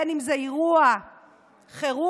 בין שזה באירוע חירום,